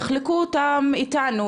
תחלקו אותם איתנו,